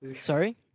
sorry